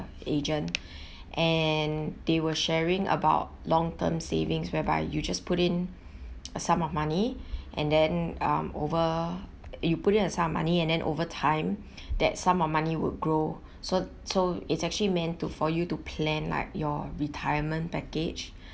agent and they were sharing about long term savings whereby you just put in a sum of money and then um over you put in a sum of money and then over time that sum of money will grow so so is actually meant to for you to plan like your retirement package